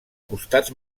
costats